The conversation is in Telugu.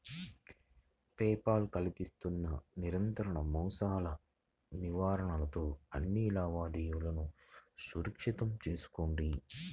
పే పాల్ కల్పిస్తున్న నిరంతర మోసాల నివారణతో అన్ని లావాదేవీలను సురక్షితం చేసుకోండి